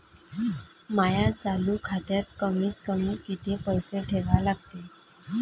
माया चालू खात्यात कमीत कमी किती पैसे ठेवा लागते?